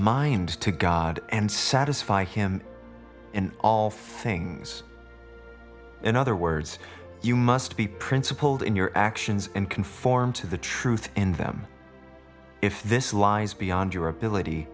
mind to god and satisfy him in all things in other words you must be principled in your actions and conform to the truth in them if this lies beyond your ability